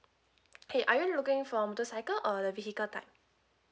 K are you looking for motorcycle or the vehicle type